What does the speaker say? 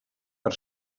per